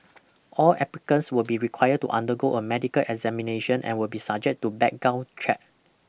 all applicants will be required to undergo a medical examination and will be subject to background check